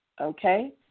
okay